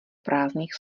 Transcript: prázdných